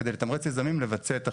כדי לתמרץ יזמים לבצע את החיזוק.